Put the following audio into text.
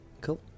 Cool